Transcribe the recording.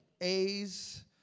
A's